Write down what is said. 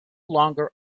longer